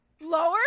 Lower